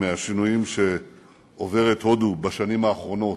מהשינויים שעוברת הודו בשנים האחרונות: